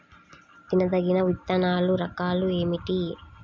తినదగిన విత్తనాల రకాలు ఏమిటి?